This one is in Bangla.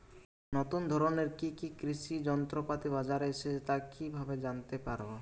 নতুন ধরনের কি কি কৃষি যন্ত্রপাতি বাজারে এসেছে তা কিভাবে জানতেপারব?